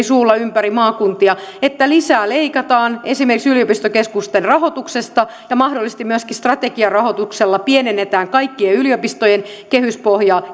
suulla sieltä ympäri maakuntia että lisää leikataan esimerkiksi yliopistokeskusten rahoituksesta ja mahdollisesti myöskin strategiarahoituksella pienennetään kaikkien yliopistojen kehyspohjaa